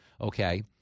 Okay